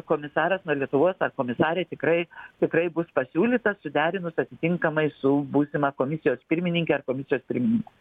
komisaras nuo lietuvos komisarai tikrai tikrai bus pasiūlyta suderinus atitinkamai su būsima komisijos pirmininke ar komisijos pirmininku